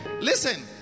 Listen